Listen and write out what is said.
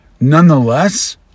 Nonetheless